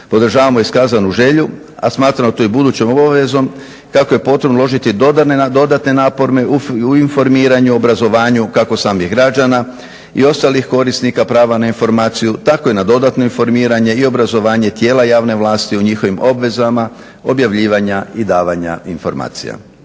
podržavamo iskazanu želju, a smatramo to i budućom obavezom kako je potrebno uložiti dodatne napore u informiranju, obrazovanju kako samih građana i ostalih korisnika prava na informaciju tako i na dodatno informiranje i obrazovanje tijela javne vlasti u njihovim obvezama objavljivanja i davanja informacija.